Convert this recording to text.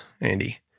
Andy